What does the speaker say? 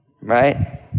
right